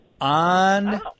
on